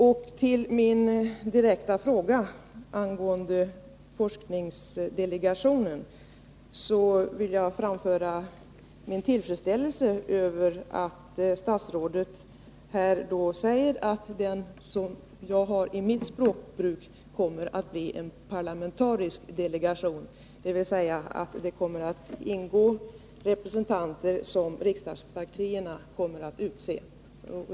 Beträffande min direkta fråga angående forskningsdelegationen vill jag uttrycka min tillfredsställelse över vad statsrådet här säger, att det kommer att bli en parlamentarisk delegation — dvs. att det kommer att ingå representanter som riksdagspartierna utser.